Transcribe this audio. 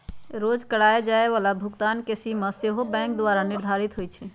रोज करए जाय बला भुगतान के सीमा सेहो बैंके द्वारा निर्धारित होइ छइ